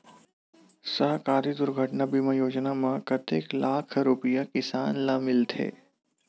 सहकारी दुर्घटना बीमा योजना म कतेक लाख रुपिया किसान ल मिलथे?